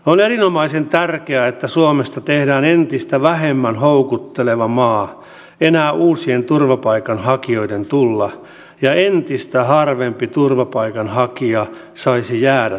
on erinomaisen tärkeää että suomesta tehdään entistä vähemmän houkutteleva maa enää uusien turvapaikanhakijoiden tulla ja että entistä harvempi turvapaikanhakija saisi jäädä suomeen